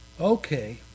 Okay